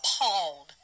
appalled